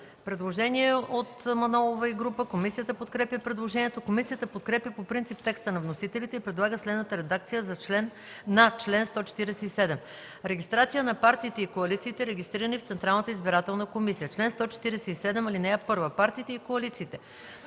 представители за чл. 147. Комисията подкрепя предложението. Комисията подкрепя по принцип текста на вносителите и предлага следната редакция на чл. 147: „Регистрация на партиите и коалициите, регистрирани в Централната избирателна комисия Чл. 147. (1) Партиите и коалициите,